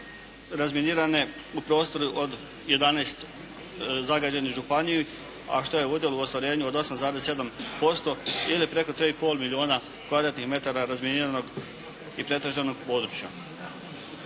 razminirane u prostoru od 11 zagađenih županija, a što je odjel u ostvarenju od 8,7% ili preko 3 i pol milijuna kvadratnih metara razminiranog i pretraženog područja.